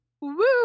Woo